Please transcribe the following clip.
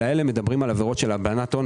האלה מדברים על עבירות של הלבנת הון,